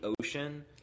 ocean